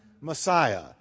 Messiah